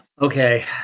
Okay